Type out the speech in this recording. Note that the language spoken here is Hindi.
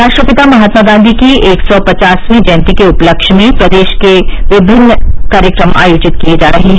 राष्ट्रपिता महात्मा गांधी की एक सौ पचासवीं जयन्ती के उपलक्ष्य में प्रदेश में विभिन्न कार्यक्रम आयोजित किये जा रहे हैं